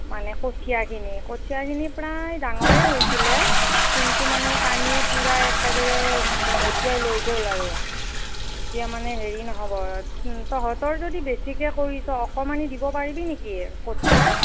মানে কঠীয়াখিনি কঠীয়াখিনি প্ৰায় ডাঙৰে হৈছিলে কিন্তু মানে পানীয়ে পুৰা একেবাৰে মহতিয়াই লৈ গ'ল আৰু এতিয়া মানে হেৰি নহ'ব তহঁতৰ যদি বেছিকৈ কৰিছ' অকণমান দিব পাৰিবি নেকি কঠীয়া